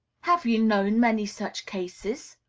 have you known many such cases?